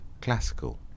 classical